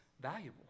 valuable